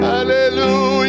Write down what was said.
Hallelujah